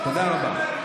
תודה רבה.